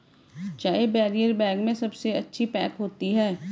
चाय barrier bag में सबसे अच्छी पैक होती है